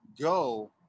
go